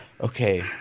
Okay